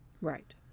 right